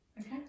Okay